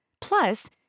Plus